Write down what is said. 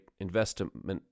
investment